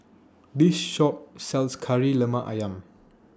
This Shop sells Kari Lemak Ayam